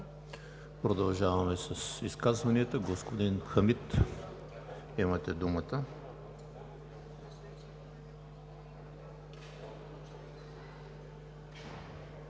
Продължаваме с изказванията. Господин Хамид, имате думата.